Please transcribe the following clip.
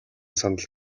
сандал